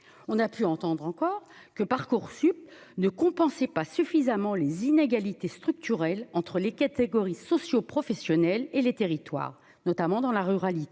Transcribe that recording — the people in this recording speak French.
on a pu entendre encore que Parcoursup ne compensait pas suffisamment les inégalités structurelles entre les catégories socio-professionnelles et les territoires, notamment dans la ruralité,